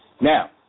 Now